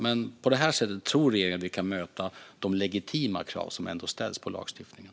Men på det här sättet tror regeringen att vi kan möta de legitima krav som ändå ställs på lagstiftningen.